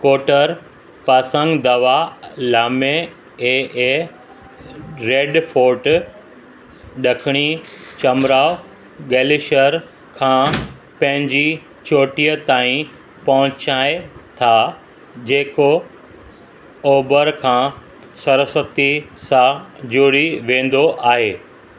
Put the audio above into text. कोटर पासंग दवा लामे ए ए रेडफोट ॾखिणी चमराव गैलिशर खां पंहिंजी चोटीअ ताईं पहुचाए था जेको ओभिरि खां सरस्वती सां जुड़ी वेंदो आहे